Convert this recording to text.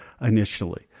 initially